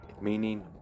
Meaning